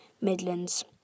Midlands